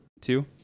Two